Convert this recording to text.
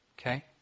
Okay